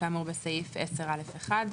כאמור בסעיף (10) (א) (1),